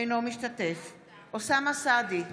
אינו משתתף בהצבעה אוסאמה סעדי,